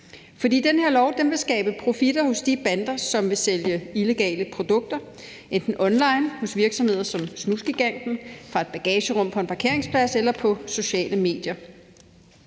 For den her lov vil skabe profitter hos de bander, som vil sælge illegale produkter enten online, hos virksomheder som SnusGiganten, fra et bagagerum på en parkeringsplads eller på sociale medier,